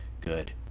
good